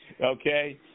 okay